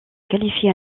qualifié